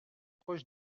proche